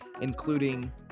including